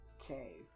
Okay